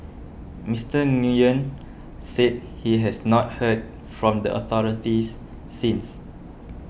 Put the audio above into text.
Mister Nguyen said he has not heard from the authorities since